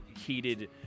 heated